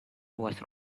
was